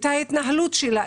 ההתנהלות שלה,